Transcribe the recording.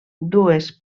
dues